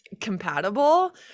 compatible